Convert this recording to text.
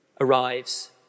arrives